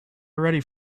already